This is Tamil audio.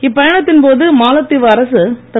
இப்பயணத்தின் போது மாலத்தீவு அரசு திரு